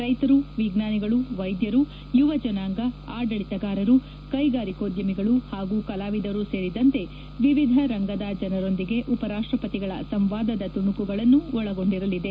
ರೈತರು ಎಜ್ಜಾನಿಗಳು ವೈದ್ಯರು ಯುವಜನಾಂಗ ಆಡಳಿತಗಾರರು ಕೈಗಾರಿಕೋದ್ಯಮಿಗಳು ಪಾಗೂ ಕಲಾವಿದರು ಸೇರಿದಂತೆ ವಿವಿಧ ರಂಗದ ಜನರೊಂದಿಗೆ ಉಪರಾಷ್ಟಪತಿಗಳ ಸಂವಾದದ ತುಣುಕುಗಳನ್ನು ಒಳಗೊಂಡಿರಲಿದೆ